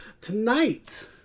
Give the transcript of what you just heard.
Tonight